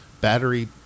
battery